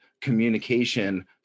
communication